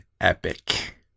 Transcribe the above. epic